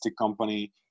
company